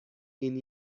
این